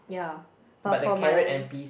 yeah but for my